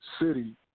city